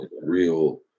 real